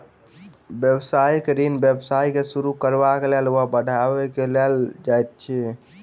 व्यवसायिक ऋण व्यवसाय के शुरू करबाक लेल वा बढ़बय के लेल लेल जाइत अछि